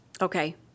Okay